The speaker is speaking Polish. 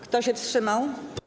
Kto się wstrzymał?